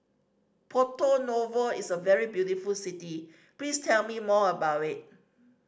Porto Novo is a very beautiful city please tell me more about it